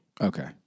Okay